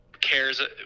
cares